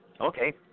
Okay